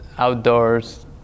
outdoors